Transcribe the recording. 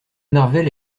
marvel